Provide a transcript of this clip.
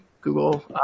Google